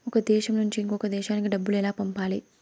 ఒక దేశం నుంచి ఇంకొక దేశానికి డబ్బులు ఎలా పంపాలి?